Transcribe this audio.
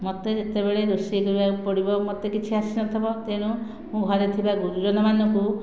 ମତେ ଯେତେବେଳେ ରୋଷେଇ କରିବାକୁପଡ଼ିବ ମୋତେ କିଛି ଆସୁନଥିବ ତେଣୁ ମୁଁ ଘରେ ଥିବା ଗୁରୁଜନମାନଙ୍କୁ